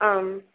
ஆம்